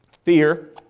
Fear